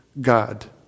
God